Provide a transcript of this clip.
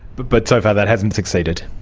but but so far that hasn't succeeded?